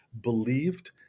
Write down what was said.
believed